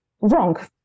wrong